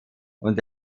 und